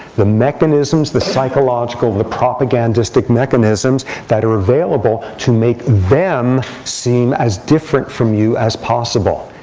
the mechanisms, the psychological, the propagandist mechanisms that are available to make them seem as different from you as possible.